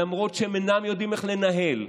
למרות שהם אינם יודעים איך לנהל,